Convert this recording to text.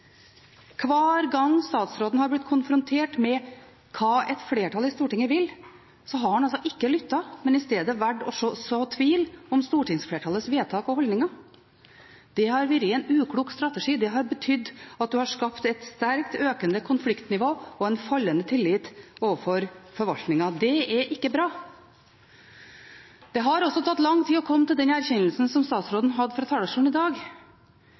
Hver gang statsråden har blitt konfrontert med hva et flertall i Stortinget vil, har han ikke lyttet, men i stedet valgt å så tvil om stortingsflertallets vedtak og holdninger. Det har vært en uklok strategi. Det har betydd at en har skapt et sterkt økende konfliktnivå og en fallende tillit overfor forvaltningen. Det er ikke bra. Det har tatt lang tid å komme til den erkjennelsen som statsråden ga uttrykk for fra talerstolen i dag.